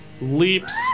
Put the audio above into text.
leaps